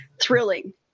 thrilling